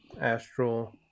Astral